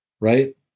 right